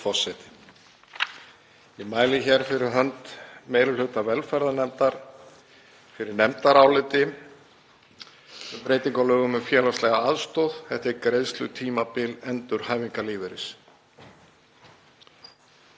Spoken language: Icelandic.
Ég mæli hér fyrir hönd meiri hluta velferðarnefndar fyrir nefndaráliti um breytingu á lögum um félagslega aðstoð, greiðslutímabil endurhæfingarlífeyris.